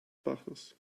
baches